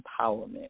empowerment